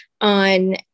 on